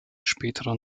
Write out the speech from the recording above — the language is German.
späterer